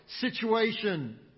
situation